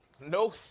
no